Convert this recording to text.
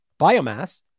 biomass